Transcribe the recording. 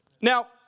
Now